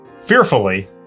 Fearfully